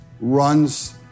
runs